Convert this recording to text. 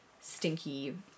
stinky